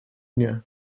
дня